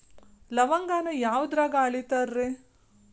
ಲವಂಗಾನ ಯಾವುದ್ರಾಗ ಅಳಿತಾರ್ ರೇ?